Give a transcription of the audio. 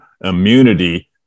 immunity